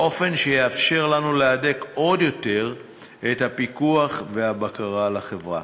באופן שיאפשר לנו להדק עוד יותר את הפיקוח והבקרה על החברה.